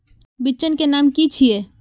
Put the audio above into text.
बिचन के नाम की छिये?